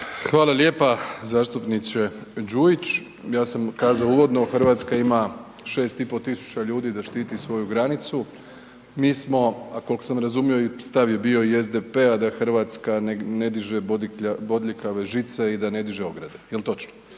Hvala lijepa zastupniče Đujić. Ja sam kazao uvodno, Hrvatska ima 6.500 ljudi da štiti svoju granicu. Mi smo, a koliko sam razumio stav je bio i SDP-a da Hrvatska ne diže bodljikave žice i da ne diže ograde. Jel točno?